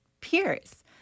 peers